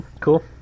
Cool